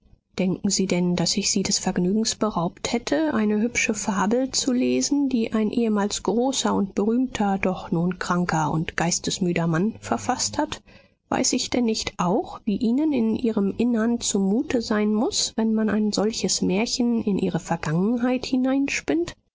denken sie denn daß ich sie des vergnügens beraubt hätte eine hübsche fabel zu lesen die ein ehemals großer und berühmter doch nun kranker und geistesmüder mann verfaßt hat weiß ich denn nicht auch wie ihnen in ihrem innern zumute sein muß wenn man ein solches märchen in ihre vergangenheit